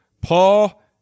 Paul